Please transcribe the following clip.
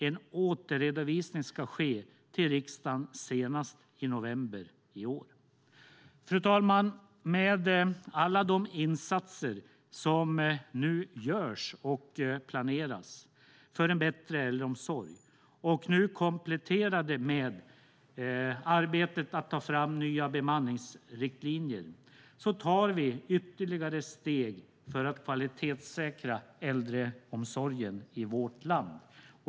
En återredovisning ska ske till riksdagen senast i november i år. Fru talman! Med alla de insatser som nu görs och planeras för en bättre äldreomsorg, nu kompletterade med arbetet att ta fram nya bemanningsriktlinjer, tar vi ytterligare steg för att kvalitetssäkra äldreomsorgen i vårt land.